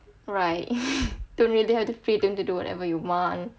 right don't really have the freedom to do whatever you want